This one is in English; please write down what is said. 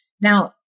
Now